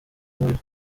muriro